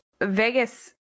Vegas